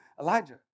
Elijah